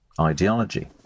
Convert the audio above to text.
ideology